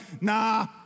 nah